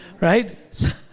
right